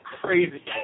Crazy